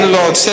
Lord